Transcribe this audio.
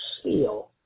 steel